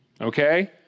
okay